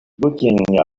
looking